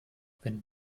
wenn